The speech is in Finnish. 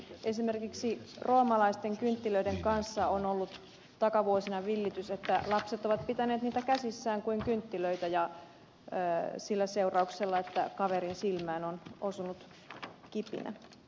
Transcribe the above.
esimerkiksi roomalaisten kynttilöiden kanssa on ollut takavuosina villitys että lapset ovat pitäneet niitä käsissään kuin kynttilöitä sillä seurauksella että kaverin silmään on osunut kipinä